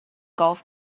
golf